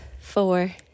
four